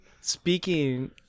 Speaking